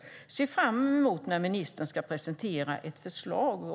Jag ser fram emot när ministern presenterar ett förslag.